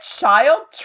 child